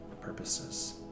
purposes